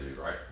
right